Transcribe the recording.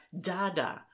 Dada